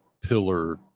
pillar